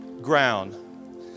ground